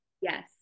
Yes